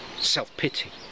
Self-pity